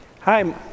Hi